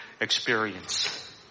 experience